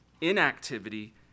inactivity